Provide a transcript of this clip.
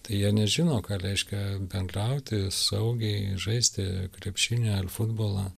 tai jie nežino ką reiškia bendrauti saugiai žaisti krepšinį ar futbolą